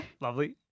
Lovely